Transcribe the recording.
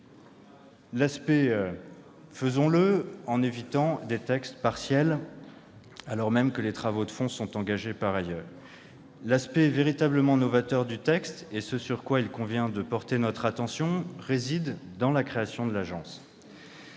Eh bien, faisons-le et évitons des textes partiels, alors même que des travaux de fond sont engagés par ailleurs. L'aspect véritablement novateur du texte, ce sur quoi il convient de porter notre attention, réside dans la création de l'Agence